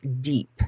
deep